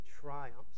triumphs